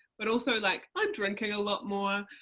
but also like i'm drinking a lot more,